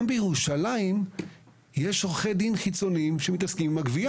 גם בירושלים יש עורכי דין חיצוניים שמתעסקים עם הגבייה.